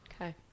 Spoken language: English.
Okay